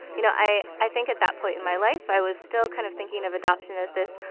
you know, i i think at that point in my life i was still kind of thinking of adoption as this,